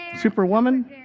Superwoman